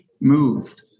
moved